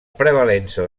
prevalença